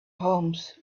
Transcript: homes